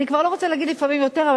אני כבר לא רוצה להגיד לפעמים יותר,